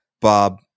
Bob